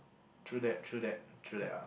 true that true that true that